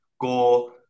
go